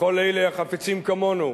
לכל אלה החפצים כמונו